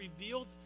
revealed